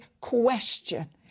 question